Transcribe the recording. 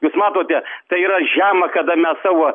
jūs matote tai yra žema kada mes savo